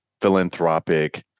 philanthropic